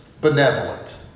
benevolent